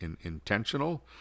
intentional